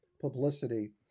publicity